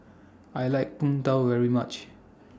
I like Png Tao very much